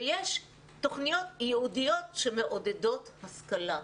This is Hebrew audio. ויש תוכניות ייעודיות שמעודדות השכלה,